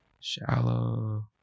Shallow